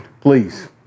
Please